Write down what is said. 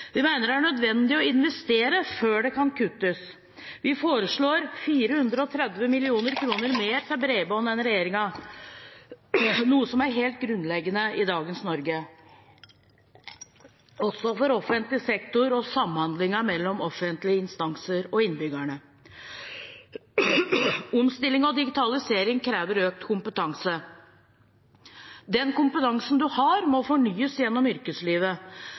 Vi mener det er nødvendig å investere før det kan kuttes. Vi foreslår 430 mill. kr mer til bredbånd enn regjeringen, noe som er helt grunnleggende i dagens Norge – også for offentlig sektor og for samhandlingen mellom offentlige instanser og innbyggere. Omstilling og digitalisering krever økt kompetanse. Den kompetansen man har, må fornyes gjennom yrkeslivet.